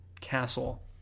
Castle